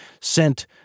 sent